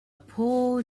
poor